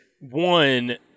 One